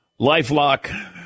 LifeLock